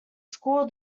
school